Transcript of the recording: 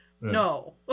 No